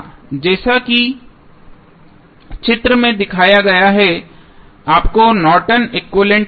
जैसा कि चित्र में दिखाया गया है आपको नॉर्टन एक्विवैलेन्ट Nortons equivalent मिलेगा